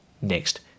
next